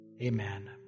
amen